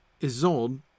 Isold